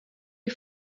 you